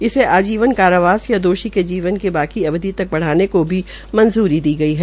इसे आजीवन कारावास या दोषी के जीवन की बाकी अवधि तक बढ़ाने को भी मंजूरी दी गई है